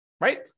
right